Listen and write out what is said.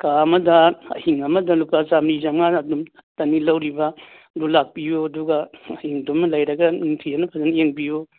ꯀꯥ ꯑꯃꯗ ꯑꯍꯤꯡ ꯑꯃꯗ ꯂꯨꯄꯥ ꯆꯝꯔꯤ ꯆꯥꯝꯉꯥꯅ ꯑꯗꯨꯝꯇꯅꯤ ꯂꯧꯔꯤꯕ ꯑꯗꯨ ꯂꯥꯛꯄꯤꯌꯨ ꯑꯗꯨꯒ ꯍꯌꯦꯡꯗꯨꯃ ꯂꯩꯔꯒ ꯅꯤꯡꯊꯤꯖꯅ ꯐꯖꯅ ꯌꯦꯡꯕꯤꯌꯨ